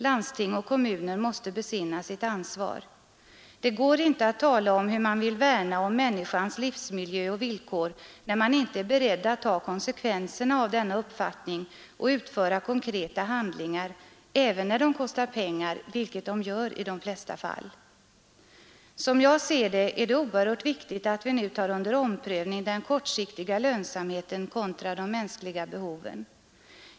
Landsting och kommuner måste besinna sitt ansvar. Det går inte att tala om hur man vill värna om människans livsmiljö och villkor när man inte är beredd att ta konsekvenserna av denna uppfattning och utföra konkreta handlingar, även när de kostar pengar, vilket de gör i de flesta fall. Som jag ser det är det oerhört viktigt att vi nu tar under omprövning avvägningen av den kortsiktiga lönsamheten kontra de mänskliga behoven.